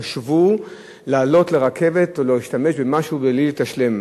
חשבו לעלות לרכבת ולהשתמש במשהו בלי לשלם.